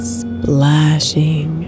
splashing